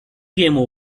jemu